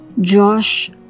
josh